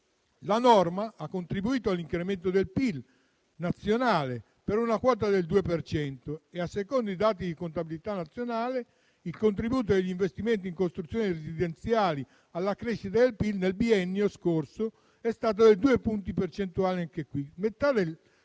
La norma ha contribuito all'incremento del PIL nazionale per una quota del 2 per cento e, a seconda dei dati di contabilità nazionale, il contributo degli investimenti in costruzioni residenziali alla crescita del PIL nel biennio scorso è stato di due punti percentuali.